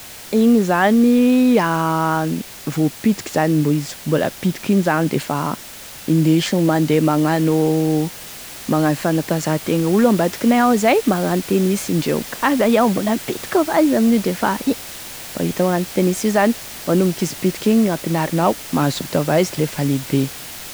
Igny zany a vo pitiky zany moa, izy mbola pitiky igny zany defa indesigny mandeha magnano magnano fanatanjahan-tena, olo ambadikinay ao zay magnano tennis indreo, gaga iaho, mbola pitiky avao izy amin'io defa igny mahavita magnano tennis io zany, manomboky izy pitiky igny ampianarinao, mazoto avao izy lefa lehibe.